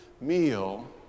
meal